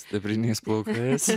sidabriniais plaukais